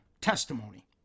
testimony